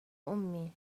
أمي